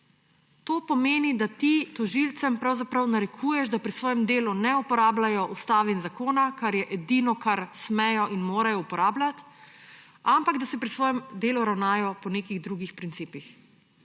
To pomeni, da ti tožilcem pravzaprav narekuješ, da pri svojem delo ne uporabljajo ustave in zakona, kar je edino, kar smejo in morajo uporabljati, ampak da se pri svojem delu ravnajo po nekih drugih principih.